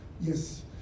Yes